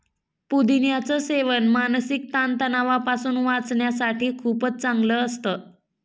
पुदिन्याच सेवन मानसिक ताण तणावापासून वाचण्यासाठी खूपच चांगलं असतं